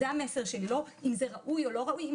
לא אם זה ראוי או לא ראוי.